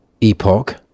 epoch